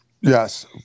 Yes